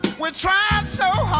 we're trying so